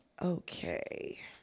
Okay